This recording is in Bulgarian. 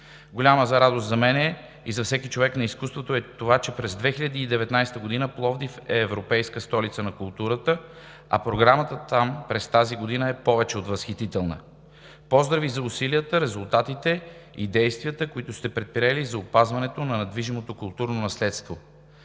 Голяма радост за мен и за всеки човек на изкуството е това, че през 2019 г. Пловдив е европейска столица на културата, а програмата там през тази година е повече от възхитителна. Поздрави за усилията, резултатите и действията, които сте предприели за опазването на недвижимото културно наследство!